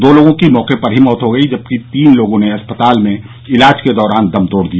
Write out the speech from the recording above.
दो लोगों की मौके पर ही मौत हो गई और तीन लोगों ने अस्पताल में इलाज के दौरान दम तोड दिया